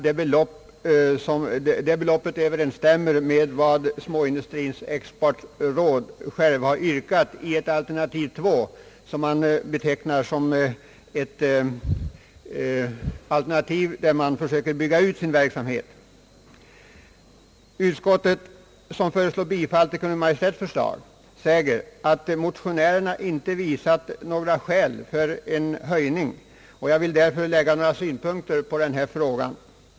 Detta belopp överensstämmer med vad: småindustrins exportråd har yrkat i ett alternativ 2, som siktar till en utbyggnad av verksamheten utöver nuvarande nivå. Utskottet, som tillstyrker Kungl. Maj:ts förslag, säger att motionärerna inte anfört några skäl för en höjning. Jag vill därför framföra några synpunkter på denna fråga.